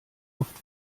oft